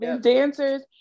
dancers